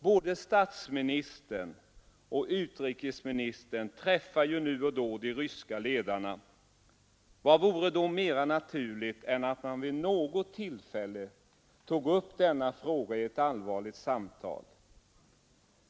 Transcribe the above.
Både statsministern och utrikesministern träffar nu och då de ryska ledarna. Vad vore mera naturligt än att de vid något tillfälle tog upp denna fråga i ett allvarligt samtal?